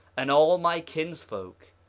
and all my kinsfolk,